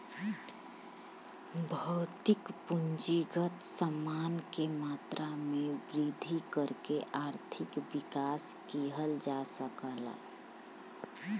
भौतिक पूंजीगत समान के मात्रा में वृद्धि करके आर्थिक विकास किहल जा सकला